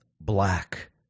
black